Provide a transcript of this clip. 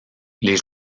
les